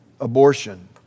abortion